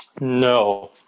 No